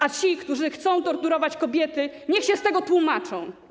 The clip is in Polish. A ci, którzy chcą torturować kobiety, niech się z tego tłumaczą.